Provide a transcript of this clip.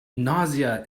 nausea